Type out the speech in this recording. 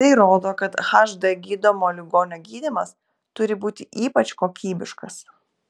tai rodo kad hd gydomo ligonio gydymas turi būti ypač kokybiškas